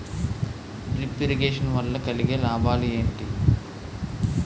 Drip irrigation వల్ల కలిగే లాభాలు ఏంటి?